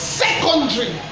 secondary